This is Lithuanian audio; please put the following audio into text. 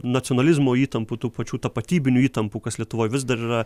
nacionalizmo įtampų tų pačių tapatybinių įtampų kas lietuvoj vis dar yra